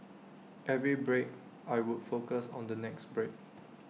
every break I would focus on the next break